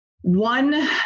one